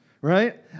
right